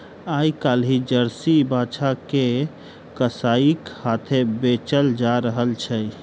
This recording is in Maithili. आइ काल्हि जर्सी बाछा के कसाइक हाथेँ बेचल जा रहल छै